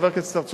חבר הכנסת צרצור,